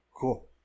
cool